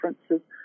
differences